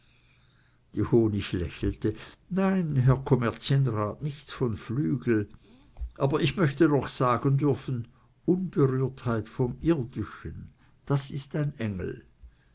die honig lächelte nein herr kommerzienrat nichts von flügel aber ich möchte doch sagen dürfen unberührtheit vom irdischen das ist ein engel